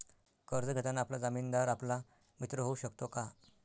कर्ज घेताना आपला जामीनदार आपला मित्र होऊ शकतो का?